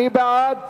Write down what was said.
מי בעד?